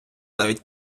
навіть